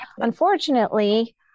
unfortunately